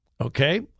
Okay